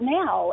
now